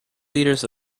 liters